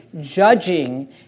judging